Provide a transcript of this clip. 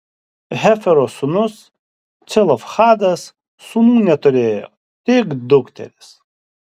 hefero sūnus celofhadas sūnų neturėjo tik dukteris